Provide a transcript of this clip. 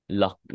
luck